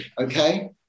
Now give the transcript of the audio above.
Okay